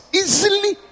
easily